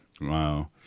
Wow